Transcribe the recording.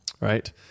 Right